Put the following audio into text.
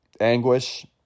anguish